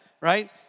right